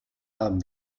haben